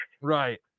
Right